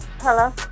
Hello